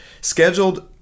scheduled